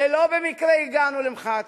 ולא במקרה הגענו למחאת הקיץ,